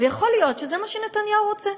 ויכול להיות שזה מה שנתניהו רוצה,